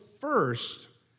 first